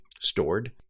stored